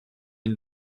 une